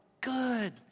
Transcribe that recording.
good